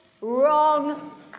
Wrong